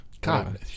God